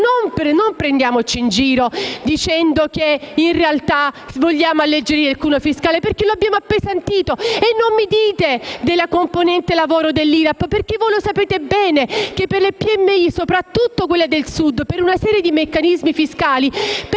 Non prendiamoci in giro dicendo che, in realtà, vogliamo alleggerire il cuneo fiscale, perché lo abbiamo appesantito. E non mi dite della componente lavoro dell'IRAP, perché lo sapete bene che per molte delle piccole e medie imprese, soprattutto quelle del Sud, per un serie di meccanismi fiscali,